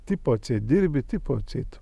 tipo atseit dirbi tipo atseit